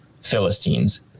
philistines